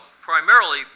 primarily